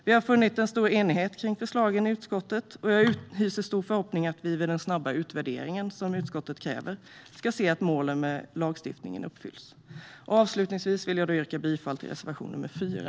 Vi har funnit en stor enighet kring förslagen i utskottet, och jag hyser en stor förhoppning om att vi vid den snabba utvärdering som utskottet kräver ska se att målen med lagstiftningen uppfylls. Avslutningsvis vill jag yrka bifall till reservation 4.